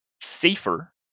safer